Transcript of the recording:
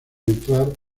entrar